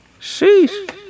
Sheesh